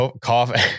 coffee